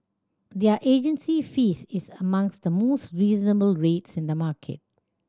their agency fees is among the most reasonable rates in the market